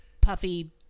puffy